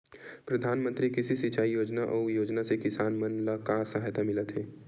प्रधान मंतरी कृषि सिंचाई योजना अउ योजना से किसान मन ला का सहायता मिलत हे?